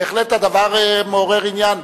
בהחלט הדבר מעורר עניין,